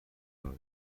راه